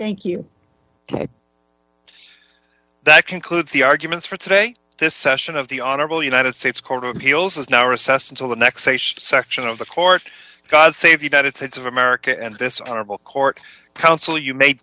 thank you that concludes the arguments for today this session of the honorable united states court of appeals has now recessed until the next section of the court god save the united states of america and this honorable court counsel you may